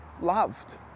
loved